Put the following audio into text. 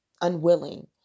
unwilling